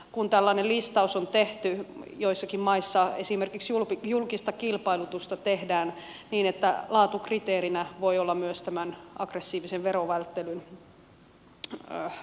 kun tällainen listaus on tehty joissakin maissa esimerkiksi julkista kilpailutusta tehdään niin että laatukriteerinä voi olla myös tämän aggressiivisen verovälttelyn välttäminen